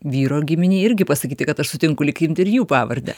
vyro giminei irgi pasakyti kad aš sutinku lyg imt ir jų pavardę